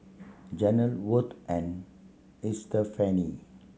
Janel Worth and Estefani